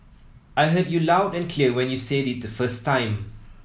I heard you loud and clear when you said it the first time